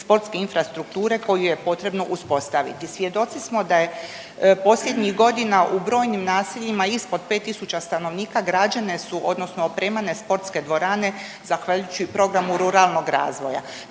sportske infrastrukture koju je potrebno uspostaviti. Svjedoci smo da je posljednjih godina u brojnim naseljima ispod 5 tisuća stanovnika građene su odnosno opremane sportske dvorane zahvaljujući programu ruralnog razvoja.